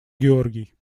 георгий